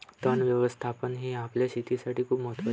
तण व्यवस्थापन हे आपल्या शेतीसाठी खूप महत्वाचे आहे